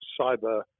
cyber